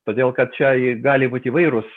todėl kad čia gali būt įvairūs